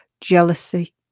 jealousy